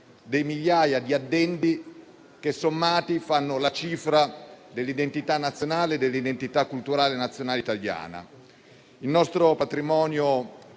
dei migliaia di addendi che, sommati, fanno la cifra dell'identità culturale nazionale italiana. Il nostro patrimonio